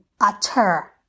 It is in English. utter